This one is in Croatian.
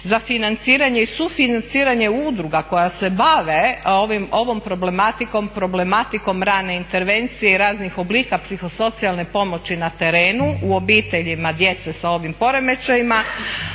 za financiranje i sufinanciranje udruga koje se bave ovom problematikom, problematikom rane intervencije i raznih oblika psihosocijalne pomoći na terenu u obiteljima djece s ovim poremećajima.